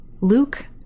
Luke